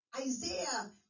Isaiah